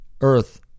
earth